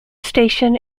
station